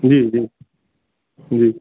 जी जी जी